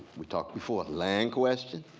we talked before land question,